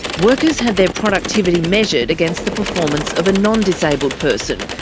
workers had their productivity measured against the performance of a non-disabled person,